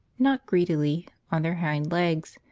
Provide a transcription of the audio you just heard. not greedily, on their hind legs,